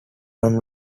run